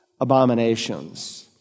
abominations